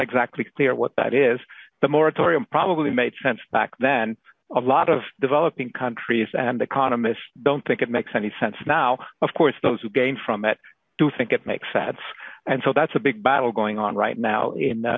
exactly clear what that is the moratorium probably made sense back then a lot of developing countries and economists don't think it makes any sense now of course those who gained from it do think it makes sense and so that's a big battle going on right now in